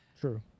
true